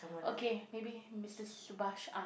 okay maybe Mister-Subhas-An~